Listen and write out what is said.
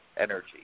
energy